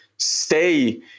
stay